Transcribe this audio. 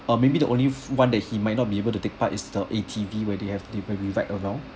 or maybe the only one that he might not be able to take part is the A_T_V where they have the ride along